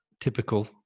typical